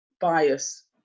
bias